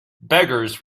beggars